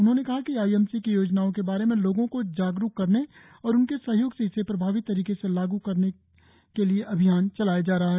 उन्होंने कहा कि आई एम सी की योजनाओं के बारे में लोगों को जागरुक करने और उनके सहयोग से इसे प्रभावी तरीके से लागु करने के लिए यह अभियान चलाया जा रहा है